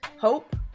hope